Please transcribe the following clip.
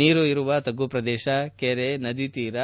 ನೀರು ಇರುವ ತಗ್ಗು ಪ್ರದೇಶ ಕೆರೆ ನದಿ ತೀರ